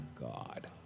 God